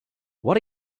what